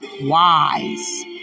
wise